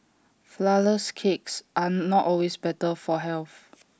Flourless Cakes are not always better for health